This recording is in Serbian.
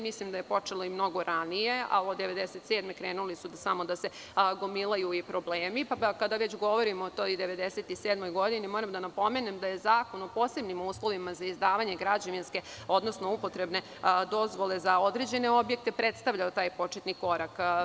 Mislim da je počelo i mnogo ranije, ali od 1997. godine krenuli su samo da se gomilaju problemi, pa kada već govorimo o toj 1997. godini, moram da napomenem da je zakon o posebnim uslovima za izdavanje građevinske, odnosno upotrebne dozvole za određene objekte predstavljao taj početni korak.